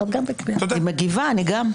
היא מגיבה, גם אני.